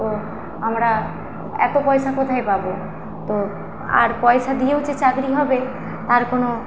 তো আমরা এত পয়সা কোথায় পাব তো আর পয়সা দিয়েও যে চাকরি হবে তার কোনও